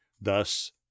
thus